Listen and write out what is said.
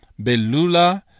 Belula